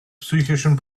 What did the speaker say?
psychischen